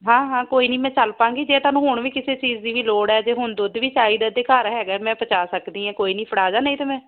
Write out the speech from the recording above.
ਹਾਂ ਹਾਂ ਕੋਈ ਨੀ ਮੈਂ ਚੱਲ ਪਵਾਂਗੀ ਜੇ ਤੁਹਾਨੂੰ ਹੁਣ ਵੀ ਕਿਸੇ ਚੀਜ਼ ਦੀ ਵੀ ਲੋੜ ਹੈ ਜੇ ਹੁਣ ਦੁੱਧ ਵੀ ਚਾਹੀਦਾ ਅਤੇ ਘਰ ਹੈਗਾ ਮੈਂ ਪਹੁੰਚਾ ਸਕਦੀ ਹਾਂ ਕੋਈ ਨੀ ਫੜਾ ਜਾ ਨਹੀਂ ਤਾਂ ਮੈਂ